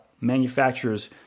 manufacturers